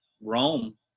Rome